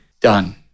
Done